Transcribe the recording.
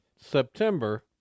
September